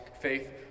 faith